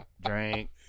Drink